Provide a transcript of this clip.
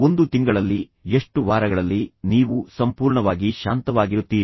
ಒಂದು ತಿಂಗಳಲ್ಲಿ ಎಷ್ಟು ವಾರಗಳಲ್ಲಿ ನೀವು ಸಂಪೂರ್ಣವಾಗಿ ಶಾಂತವಾಗಿರುತ್ತೀರಿ